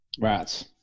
Rats